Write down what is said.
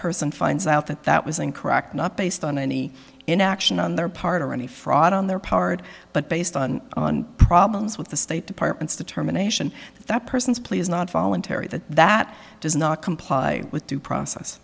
person finds out that that was incorrect not based on any inaction on their part or any fraud on their part but based on problems with the state department's determination that person's plea is not voluntary that that does not comply with due process